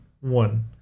one